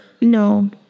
No